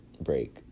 Break